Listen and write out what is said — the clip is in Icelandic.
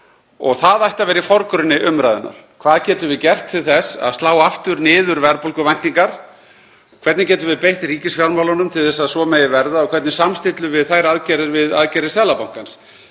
og það ætti að vera í forgrunni umræðunnar. Hvað getum við gert til þess að slá aftur niður verðbólguvæntingar? Hvernig getum við beitt ríkisfjármálunum til að svo megi verða og hvernig samstillum við þær aðgerðir við aðgerðir Seðlabankans?